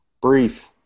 Brief